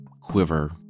quiver